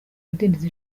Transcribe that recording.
bidindiza